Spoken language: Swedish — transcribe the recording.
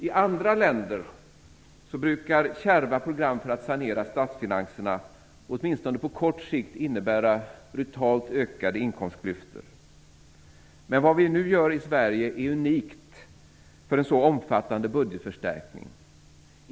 I andra länder brukar kärva program för att sanera statsfinanserna, åtminstone på kort sikt, innebära brutalt ökade inkomstklyftor. Men vad vi nu gör i Sverige är unikt för en så omfattande budgetförstärkning.